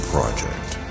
Project